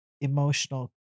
emotional